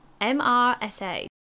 MRSA